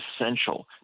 essential